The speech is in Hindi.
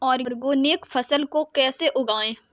ऑर्गेनिक फसल को कैसे उगाएँ?